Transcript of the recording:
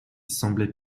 semblait